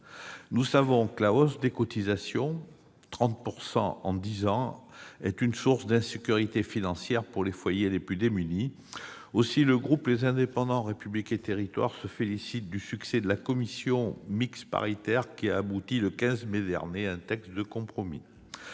Nous savons que la hausse des cotisations, de 30 % en dix ans, est source d'insécurité financière pour les foyers les plus démunis. Aussi le groupe Les Indépendants - République et territoires se félicite-t-il du succès de la commission mixte paritaire, qui a abouti, le 15 mai dernier, à un texte de compromis.